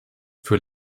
für